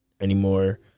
anymore